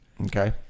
Okay